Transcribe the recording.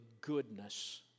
goodness